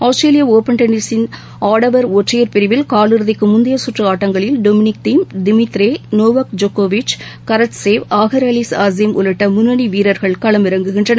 Australian Open டென்னிஸின் ஆடவர் ஒற்றையர் பிரிவில் காலிறுதிக்குமுந்தையசுற்றுஆட்டங்களில் Dominic Thiem Dimitrov Novak Djokovic Karatsev Auger Aliassime உள்ளிட்டமுன்னனிவீரர்கள் களம் இறங்குகின்றனர்